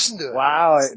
Wow